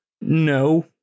No